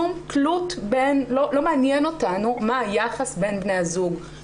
שלא מעניין אותנו מה היחס בין בני הזוג,